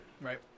Right